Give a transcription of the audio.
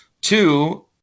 Two